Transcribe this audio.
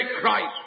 Christ